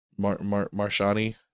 Marshani